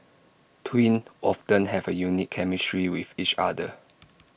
twins often have A unique chemistry with each other